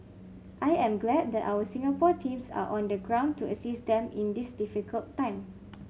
I am glad that our Singapore teams are on the ground to assist them in this difficult time